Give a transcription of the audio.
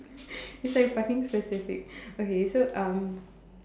it's like fucking specific okay so um